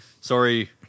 Sorry